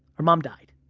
her mom died.